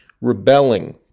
rebelling